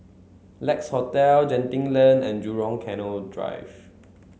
Lex Hotel Genting Lane and Jurong Canal Drive